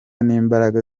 n’imbaraga